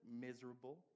miserable